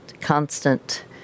constant